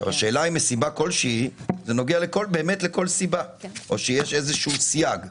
השאלה אם מסיבה כלשהי זה נוגע באמת לכל סיבה או שיש איזשהו סייג?